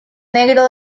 negro